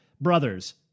brothers